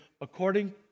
according